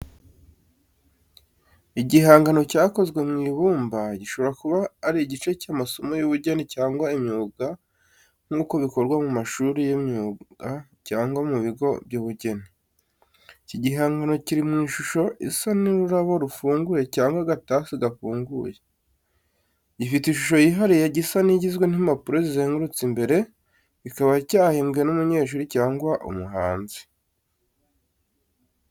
Igihangano cyakozwe mu ibumba gishobora kuba ari igice cy'amasomo y’ubugeni cyangwa imyuga nk’uko bikorwa mu mashuri y’imyuga cyangwa mu bigo by'ubugeni. Iki gihangano kiri mu ishusho isa n'ururabo rufunguye cyangwa agatasi gafunguye. Gifite ishusho yihariye, gisa n'igizwe n’impapuro zizengurutswe imbere, kikaba cyahimbwe n’umunyeshuri cyangwa umuhanzi.